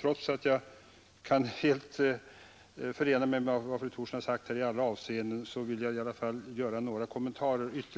trots att jag i alla avseenden kan instämma i vad fru Thorsson sagt vill jag göra ytterligare några kommentarer.